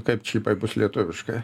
kaip čipai bus letuviškai